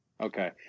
Okay